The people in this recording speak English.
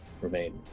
remain